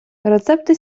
рецепти